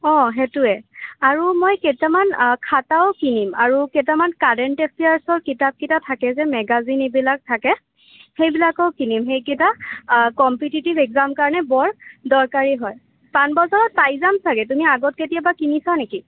সেইটোৱে আৰু মই কেইটামান খাতাও কিনিম আৰু কেইটামান কাৰেণ্ট এফেয়াৰছৰ কিতাপকেইটা থাকে যে মেগাজিন এইবিলাক থাকে সেইবিলাকও কিনিম সেইকেইটা কমপিটিটিভ এক্জাম কাৰণে বৰ দৰকাৰী হয় পাণবজাৰত পাই যাম চাগৈ তুমি আগত কেতিয়াবা কিনিছা নেকি